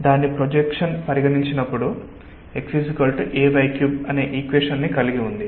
దాని ప్రొజెక్షన్ పరిగణించబడినప్పుడు xay3 అనే ఈక్వేషన్ ని కలిగి ఉంది